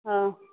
ହଁ